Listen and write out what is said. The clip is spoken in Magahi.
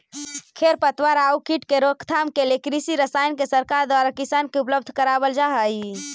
खेर पतवार आउ कीट के रोकथाम के लिए कृषि रसायन के सरकार द्वारा किसान के उपलब्ध करवल जा हई